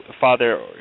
Father